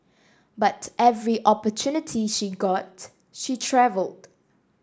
but every opportunity she got she travelled